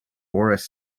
boris